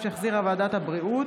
שהחזירה ועדת הבריאות.